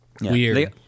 Weird